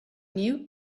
new